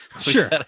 sure